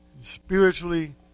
spiritually